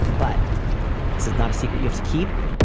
but this is not a secret you have to keep.